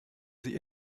sie